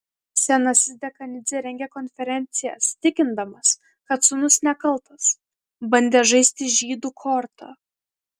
senasis dekanidzė rengė konferencijas tikindamas kad sūnus nekaltas bandė žaisti žydų korta